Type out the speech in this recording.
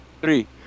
three